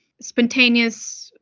spontaneous